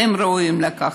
והם ראויים לכך.